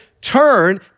turn